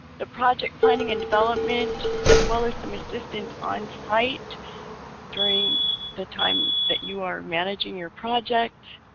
the project planning and development, as well as some assistance on-site during the time that you are managing your project,